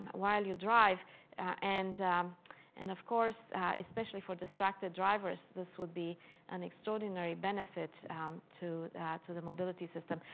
while you drive and um and of course especially for distracted drivers this would be an extraordinary benefit to to the mobility system.